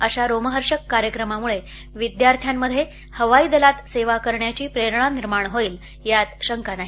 अशा रोमहर्षक कार्यक्रमामुळे विद्यार्थ्यांमध्ये हवाई दलात सेवा करण्याची प्रेरणा निर्माण होईल यात शंका नाही